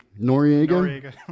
Noriega